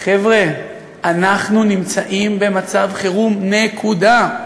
חבר'ה, אנחנו נמצאים במצב חירום, נקודה.